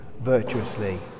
virtuously